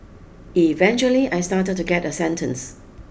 eventually I started to get a sentence